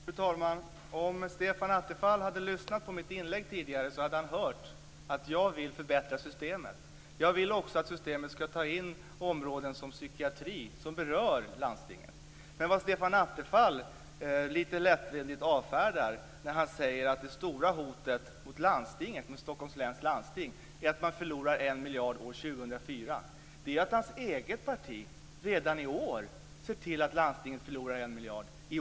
Fru talman! Om Stefan Attefall hade lyssnat på mitt inlägg tidigare hade han hört att jag vill förbättra systemet. Jag vill också att systemet skall ta in områden som psykiatri, som berör landstinget. Stefan Attefall säger att det stora hotet mot Stockholms läns landsting är att man förlorar 1 miljard kronor år 2004. Då avfärdar han lite lättvindigt att hans eget parti redan i år ser till att landstinget förlorar 1 miljard kronor.